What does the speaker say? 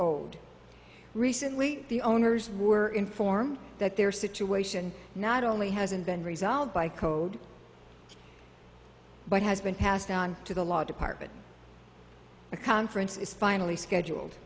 old recently the owners were informed that their situation not only hasn't been resolved by code but has been passed on to the law department the conference is finally scheduled